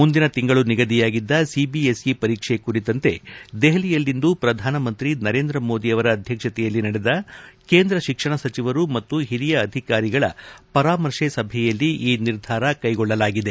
ಮುಂದಿನ ತಿಂಗಳು ನಿಗದಿಯಾಗಿದ್ದ ಸಿಬಿಎಸ್ಇ ಪರೀಕ್ಷೆ ಕುರಿತಂತೆ ದೆಹಲಿಯಲ್ಲಿಂದು ಪ್ರಧಾನಮಂತ್ರಿ ನರೇಂದ್ರ ಮೋದಿ ಅಧ್ಯಕ್ಷತೆಯಲ್ಲಿ ನಡೆದ ಕೇಂದ್ರ ಶಿಕ್ಷಣ ಸಚಿವರು ಮತ್ತು ಹಿರಿಯ ಅಧಿಕಾರಿಗಳ ಪರಾಮರ್ಶೆ ಸಭೆಯಲ್ಲಿ ಈ ನಿರ್ಧಾರ ಕೈಗೊಳ್ಳಲಾಗಿದೆ